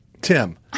Tim